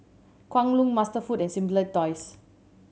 Kwan Loong MasterFood and Simply Toys